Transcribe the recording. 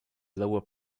lower